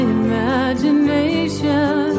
imagination